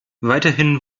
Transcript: weiterhin